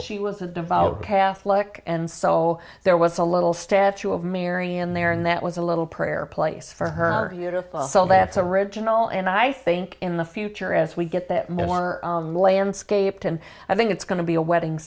she was a devout catholic and so there was a little statue of mary in there and that was a little prayer place for her beautiful so that's original and i think in the future as we get that more landscaped and i think it's going to be a wedding